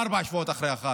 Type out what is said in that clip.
ארבעה שבועות אחרי החג.